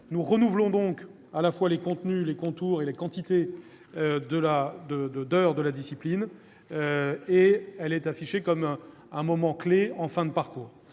Nous renouvelons donc à la fois les contenus, les contours et les volumes horaires de cette discipline, qui est affichée comme un moment clef en fin de parcours.